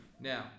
Now